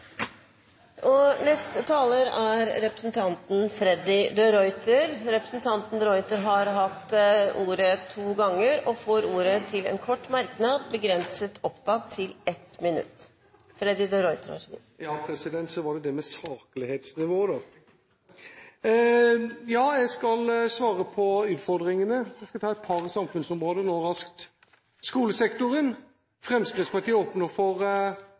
Representanten Freddy de Ruiter har hatt ordet to ganger og får ordet til en kort merknad, begrenset til 1 minutt. Så var det det med saklighetsnivået. Jeg skal svare på utfordringene – jeg skal ta et par samfunnsområder nå raskt. Skolesektoren: Fremskrittspartiet åpner for